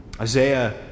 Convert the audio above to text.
Isaiah